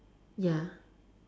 ya